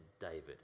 David